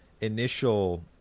initial